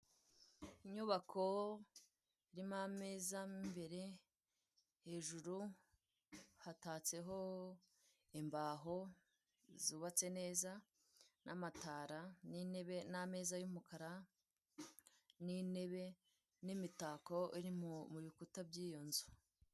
Inyubako irimo ameza mo imbere, hejuru hatatseho imbaho zubatse neza, n'amatara, n'intebe, n'ameza y'umukara, n'intebe n'imitako iri mu bikuta by'iyo nzu.